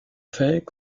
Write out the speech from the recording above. fait